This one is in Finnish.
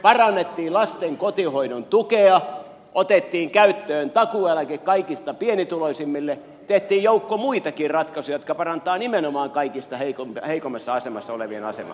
parannettiin lasten kotihoidon tukea otettiin käyttöön takuueläke kaikista pienituloisimmille tehtiin joukko muitakin ratkaisuja jotka parantavat nimenomaan kaikista heikoimmassa asemassa olevien asemaa